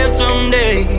someday